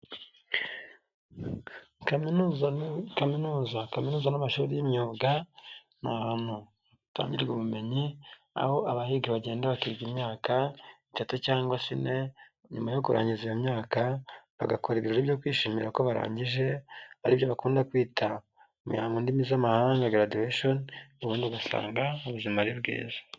Kaminuza n'amashuri y'imyuga ni ahantu hatangirwa ubumenyi aho abahiga bagenda bakiga imyaka itatu cyangwa ine nyuma yo kurangiza iyo myaka bagakora ibirori byo kwishimira ko barangije aribyo bakunda kwita mihango ndimi z'amahanga graduration, ubundi ugasanga ubuzima ari bwiza.